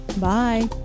Bye